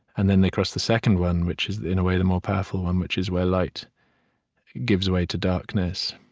and then they crossed the second one, which is, in a way, the more powerful one, which is where light gives way to darkness.